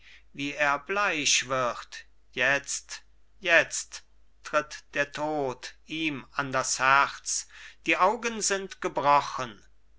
wie er bleich wird jetzt jetzt tritt der tod ihm an das herz die augen sind gebrochen